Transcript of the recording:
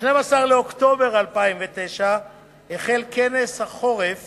ב-12 באוקטובר 2009 החל כנס החורף